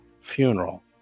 funeral